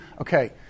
okay